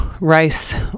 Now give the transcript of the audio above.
rice